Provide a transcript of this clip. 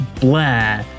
blah